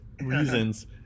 reasons